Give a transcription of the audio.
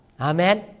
Amen